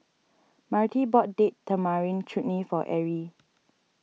Marty bought Date Tamarind Chutney for Erie